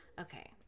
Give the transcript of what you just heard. okay